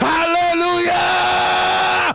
Hallelujah